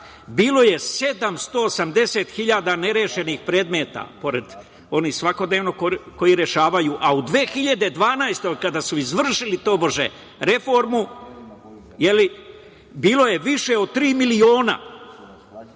bilo je 780.000 nerešenih predmeta, pored onih svakodnevnih koje rešavaju, a u 2012. godini, kada su izvršili, tobože reformu, bilo je više od tri miliona